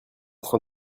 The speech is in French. train